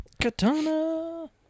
Katana